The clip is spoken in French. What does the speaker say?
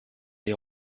les